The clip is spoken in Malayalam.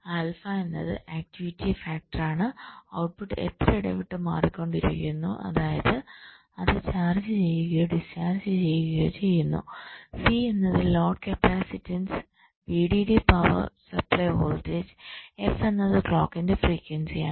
ആൽഫ എന്നത് ആക്ടിവിറ്റി ഫാക്ടർ ആണ് ഔട്ട്പുട്ട് എത്ര ഇടവിട്ട് മാറിക്കൊണ്ടിരിക്കുന്നു അതായത് അത് ചാർജ് ചെയ്യുകയോ ഡിസ്ചാർജ് ചെയ്യുകയോ ചെയ്യുന്നു C എന്നത് load capacitance VDD power supply voltage f എന്നത് ക്ലോക്കിന്റെ ഫ്രിക്വൻസിയാണ്